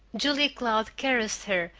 julia cloud caressed her,